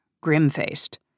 grim-faced